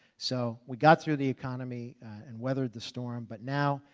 so we got through the economy and weathered the storm. but now,